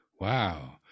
Wow